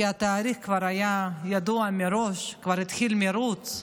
כי התאריך כבר היה ידוע מראש, כבר התחיל מרוץ,